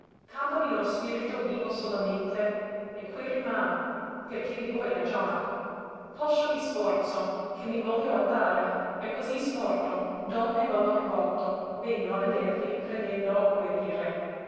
càmpami uno spirto vivo solamente e que riman perché di voi ragiona poscia mi sforzo ché mi voglio atare e così smorto d'onne valor vòto vegno a vedervi credendo guerire